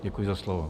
Děkuji za slovo.